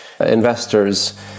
Investors